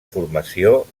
formació